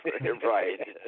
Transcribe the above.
Right